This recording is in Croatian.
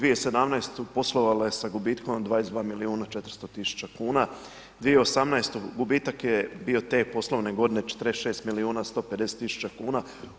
2017. poslovala je sa gubitkom od 22 milijuna 400 tisuća kuna, 2018. gubitak je bio te poslovne godine 46 milijuna 150 tisuća kuna.